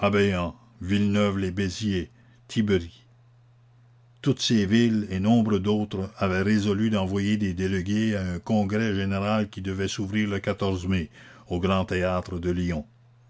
villeneuve les béziers thibery toutes ces villes et nombre d'autres avaient résolu d'envoyer des délégués à un congrès général qui devait s'ouvrir le mai au grand théâtre de lyon